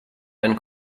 ein